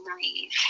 naive